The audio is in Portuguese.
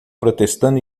protestando